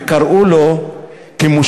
וקראו לו כמושפל,